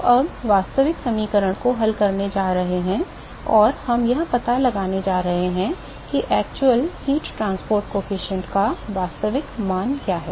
तो अब हम वास्तविक समीकरण को हल करने जा रहे हैं और हम यह पता लगाने जा रहे हैं कि ऊष्मा परिवहन गुणांक का वास्तविक मान क्या है